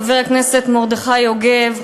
חבר הכנסת מרדכי יוגב,